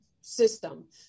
system